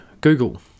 Google